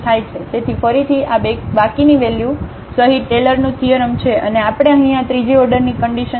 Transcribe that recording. તેથી ફરીથી આ બાકીની વેલ્યુ સહિત ટેલરનું થીઅરમ છે અને આપણે અહીં આ ત્રીજીઓર્ડરની કન્ડિશન ધ્યાનમાં લીધી છે